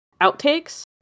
outtakes